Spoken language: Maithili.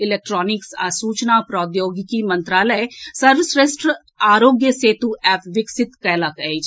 इलेक्ट्रॉनिक्स आ सूचना प्रौद्योगिकी मंत्रालय सर्वश्रेष्ठ आरोग्य सेतु एप विकसित कएलक अछि